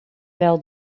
wel